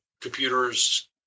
computers